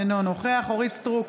אינו נוכח אורית מלכה סטרוק,